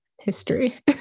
history